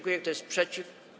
Kto jest przeciw?